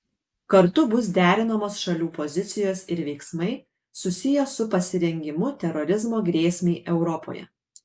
kartu bus derinamos šalių pozicijos ir veiksmai susiję su pasirengimu terorizmo grėsmei europoje